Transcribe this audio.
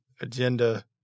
agenda